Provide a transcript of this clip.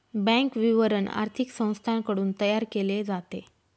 bank विवरण आर्थिक संस्थांकडून तयार केले जाते